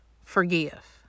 forgive